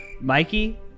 Mikey